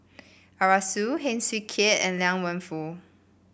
Arasu Heng Swee Keat and Liang Wenfu